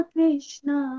Krishna